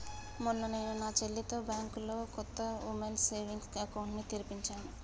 మొన్న నేను నా చెల్లితో బ్యాంకులో కొత్త ఉమెన్స్ సేవింగ్స్ అకౌంట్ ని తెరిపించాను